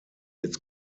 its